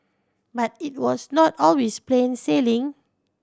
but it was not always plain sailing